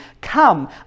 come